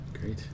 great